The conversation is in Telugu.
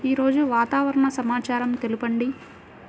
ఈరోజు వాతావరణ సమాచారం తెలుపండి